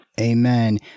Amen